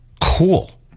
Cool